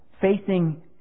facing